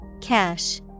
Cash